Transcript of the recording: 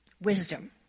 wisdom